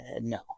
no